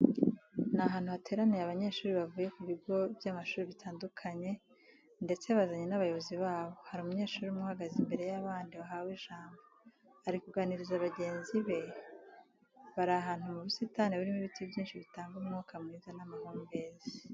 Ni ahantu hateraniye abanyeshuri bavuye ku bogo by'amashuri bitandukanye ndetse bazanye n'abayobozi babo. Hari umunyeshuri umwe uhagaze imbere y'abandi, yahawe ijambo ari kuganiriza bagenzi be. Bari ahantu mu busitani burimo ibiti byinshi bitanga umwuka mwiza n'amahumbezi.